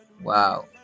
Wow